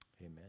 Amen